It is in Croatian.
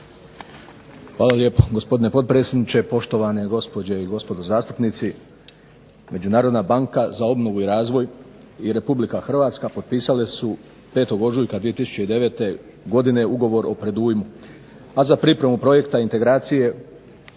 Hvala lijepo, gospodine potpredsjedniče. Poštovane gospođe i gospodo zastupnici. Međunarodna banka za obnovu i razvoj i Republika Hrvatska potpisale su 5. ožujka 2009. godine Ugovor o predujmu, a za pripremu Projekta integracije